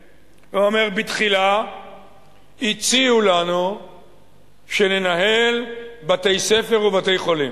אומר: בתחילה הציעו לנו שננהל בתי-ספר ובתי-חולים.